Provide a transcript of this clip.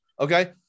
Okay